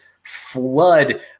flood